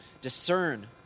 discern